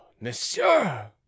monsieur